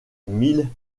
mille